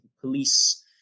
police